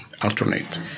Alternate